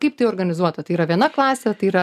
kaip tai organizuota tai yra viena klasė tai yra